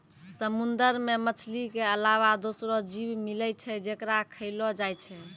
समुंदर मे मछली के अलावा दोसरो जीव मिलै छै जेकरा खयलो जाय छै